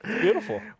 beautiful